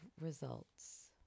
results